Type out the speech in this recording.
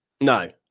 No